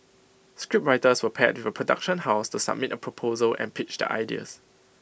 scriptwriters were paired with production house to submit A proposal and pitch their ideas